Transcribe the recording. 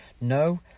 no